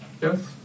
Yes